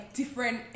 different